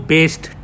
Based